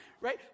right